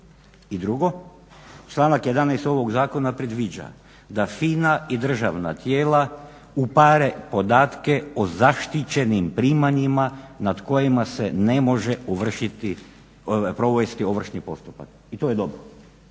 I drugo, članak 11. ovog zakona predviđa da FINA i državna tijela upare podatke o zaštićenim primanjima nad kojima se ne može provesti ovršni postupak i to je dobro.